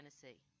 tennessee